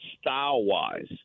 style-wise